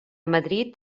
madrid